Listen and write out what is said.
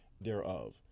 thereof